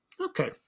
okay